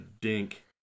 dink